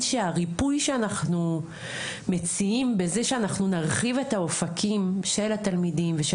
שהריפוי שאנחנו מציעים בזה שאנחנו נרחיב את האופקים של התלמידים ושל